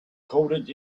coded